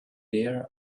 there